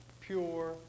pure